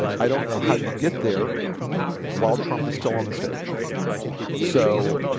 i don't know how you get there while trump is still on the stage so,